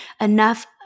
enough